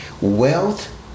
wealth